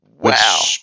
Wow